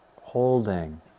holding